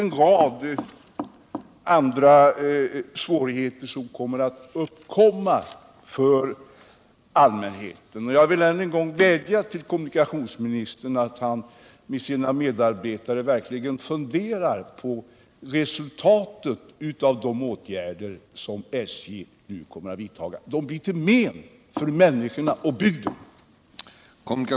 En rad andra svårigheter kommer att uppkomma för allmänheten, och jag vill än en gång vädja till kommunikationsministern att han tillsammans med sina medarbetare verkligen beaktar det negativa resultatet av de åtgärder som SJ avser att vidta.